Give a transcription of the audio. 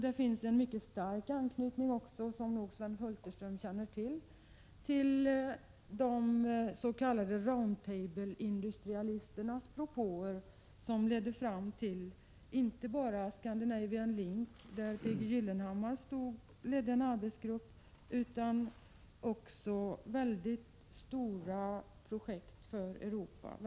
Det finns också en mycket stark anknytning, som Sven Hulterström nog vet, till de s.k. Round Table-industrialisternas propåer, som ledde fram till inte bara Scandinavian Link, där P. G. Gyllenhammar ledde en arbetsgrupp, utan också väldigt stora projekt för Västeuropa i övrigt.